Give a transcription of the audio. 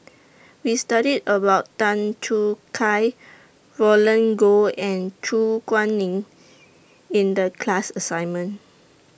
We studied about Tan Choo Kai Roland Goh and Su Guaning in The class assignment